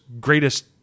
greatest